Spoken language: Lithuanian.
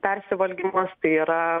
persivalgymas tai yra